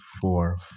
four